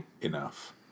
enough